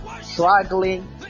struggling